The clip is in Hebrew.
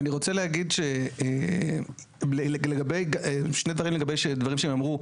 אני רוצה להגיד לגבי שני דברים לגבי דברים שנאמרו.